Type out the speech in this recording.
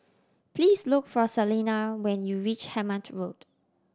please look for Salina when you reach Hemmant Road